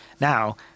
Now